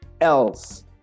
else